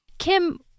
Kim